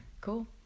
cool